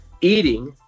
eating